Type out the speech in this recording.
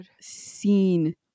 seen